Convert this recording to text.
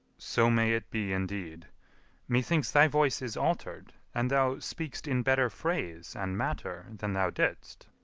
so may it be indeed methinks thy voice is alter'd and thou speak'st in better phrase and matter than thou didst.